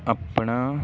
ਆਪਣਾ